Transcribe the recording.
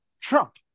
Trump